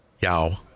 Yao